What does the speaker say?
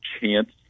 chance